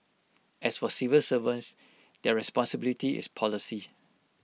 as for civil servants their responsibility is policy